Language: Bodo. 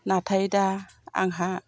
नाथाय दा आंहा